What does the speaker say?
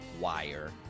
wire